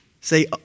say